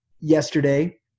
yesterday